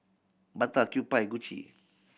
Bata Kewpie Gucci